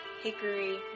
Hickory